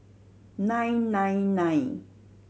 nine nine nine